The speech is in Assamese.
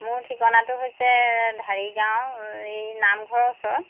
মোৰ ঠিকনাটো হৈছে ঢাৰিগাঁও এই নামঘৰটোৰ ওচৰত